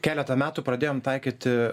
keletą metų pradėjome taikyti